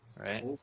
right